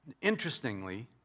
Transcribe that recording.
Interestingly